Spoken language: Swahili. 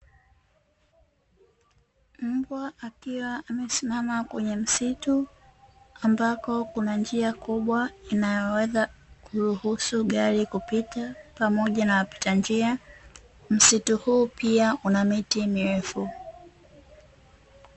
Mbwa akiwa amesimama kwenye msitu ambako kuna njia kubwa inayoweza kuruhusu gari kupita pamoja na wapita njia. Msitu huu pia una miti mirefu.